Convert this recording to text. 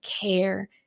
care